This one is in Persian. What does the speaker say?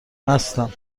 مستم